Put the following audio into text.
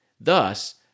Thus